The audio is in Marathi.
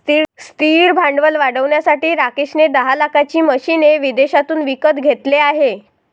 स्थिर भांडवल वाढवण्यासाठी राकेश ने दहा लाखाची मशीने विदेशातून विकत घेतले आहे